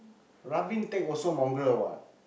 Raveen take also mongrel what